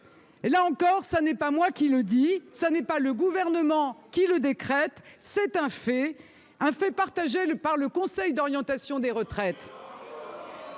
Là encore, ce n'est pas moi qui le dis ou mon gouvernement qui le décrète : c'est un fait partagé par le Conseil d'orientation des retraites